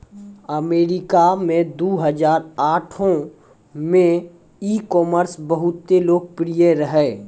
अमरीका मे दु हजार आठो मे ई कामर्स बहुते लोकप्रिय रहै